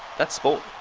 that's sport.